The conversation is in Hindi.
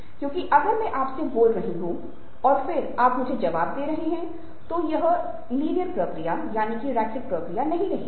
क्योंकि अगर मैं आपसे बोल रहा हूं और फिर आप मुझे जवाब दे रहे हैं तो यह अब संचार की एक रैखिक प्रक्रिया नहीं है